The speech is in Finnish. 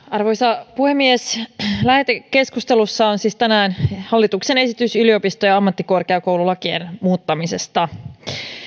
arvoisa puhemies lähetekeskustelussa on siis tänään hallituksen esitys yliopisto ja ammattikorkeakoululakien muuttamisesta